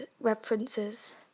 references